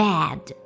Bad